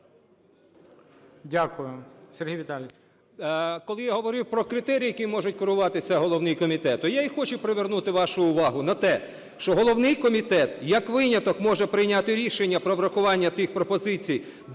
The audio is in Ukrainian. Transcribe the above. Дякую. Сергій Віталійович.